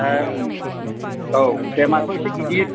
ए औ फ्रेमआ'थ' एसे गिदिर